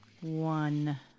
one